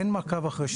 אין מעקב אחרי שניהם.